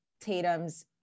Tatum's